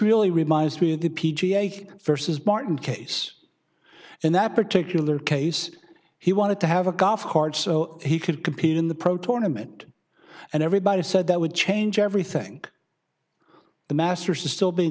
really reminds me of the p g a versus martin case in that particular case he wanted to have a golf cart so he could compete in the pro torment and everybody said that would change everything the masters to still be